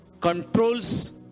controls